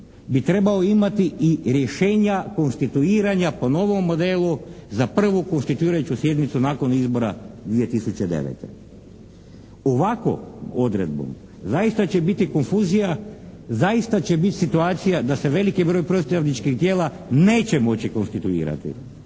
bi trebao imati i rješenja konstituiranja po novom modelu za prvu konstituirajuću sjednicu nakon izbora 2009. Ovakvu odredbu zaista će biti konfuzija, zaista će biti situacija da se veliki broj predstavničkih tijela neće moći konstituirati